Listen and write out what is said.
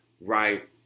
right